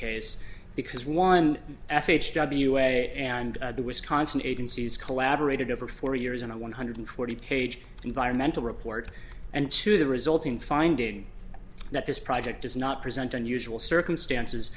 case because one f h w a and the wisconsin agencies collaborated over four years in a one hundred forty page environmental report and to the resulting finding that this project does not present unusual circumstances